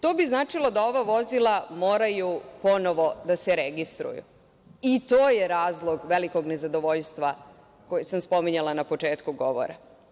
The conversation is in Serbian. To bi značilo da ova vozila moraju ponovo da se registruju, i to je razlog velikog nezadovoljstva koje sam spominjala na početku govora.